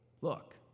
Look